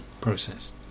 process